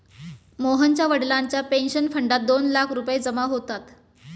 मोहनच्या वडिलांच्या पेन्शन फंडात दोन लाख रुपये जमा होतात